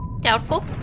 Doubtful